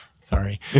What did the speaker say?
Sorry